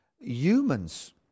Humans